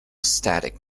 static